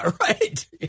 right